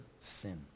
sin